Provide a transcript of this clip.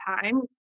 time